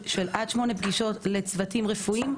חינם של עד שמונה פגישות לצוותים רפואיים.